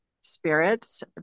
spirits